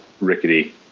rickety